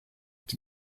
die